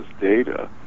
data